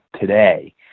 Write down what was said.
today